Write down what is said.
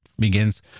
begins